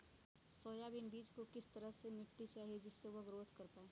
Soybean बीज को किस तरह का मिट्टी चाहिए जिससे वह ग्रोथ कर पाए?